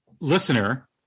listener